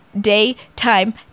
daytime